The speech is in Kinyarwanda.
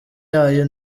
yayo